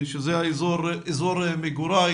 שזה אזור מגוריי.